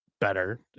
better